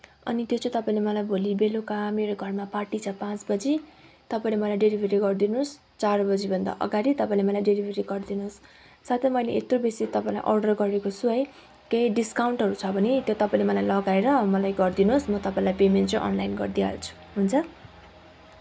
अनि त्यो चाहिँ तपाईँले मलाई भोलि बेलुका मेरो घरमा पार्टी छ पाँच बजी तपाईँले मलाई डेलिभरी गरिदिनुहोस् चार बजीभन्दा अघाडि तपाईँले मलाई डेलिभरी गरिदिनुहोस् साथै मैले यत्रो बेसी मैले तपाईँलाई अर्डर गरेको छु है केही डिस्काउन्टहरू छ भने त्यो तपाईँले मलाई लगाएर मलाई गरिदिनुहोस् म तपाईँलाई पेमेन्ट चाहिँ अनलाइन गरिदिइहाल्छु हुन्छ